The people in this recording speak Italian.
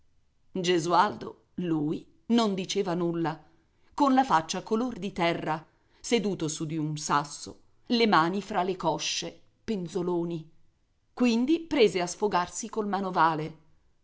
gesualdo lui non diceva nulla con la faccia color di terra seduto su di un sasso le mani fra le cosce penzoloni quindi prese a sfogarsi col manovale